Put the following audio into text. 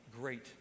great